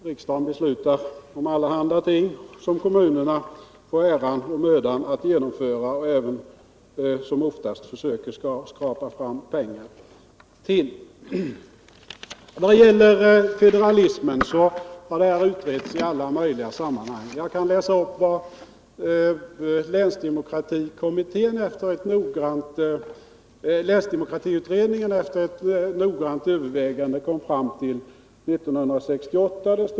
Riksdagen beslutar om allehanda ting, som kommunerna får äran och mödan att genomföra och oftast även skrapa fram pengar till. Federalismen har utretts i alla möjliga sammanhang. Jag kan läsa upp vad länsdemokratiutredningen efter noggrant övervägande kom fram till 1968.